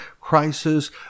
crisis